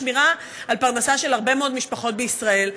שמירה על פרנסה של הרבה מאוד משפחות בישראל.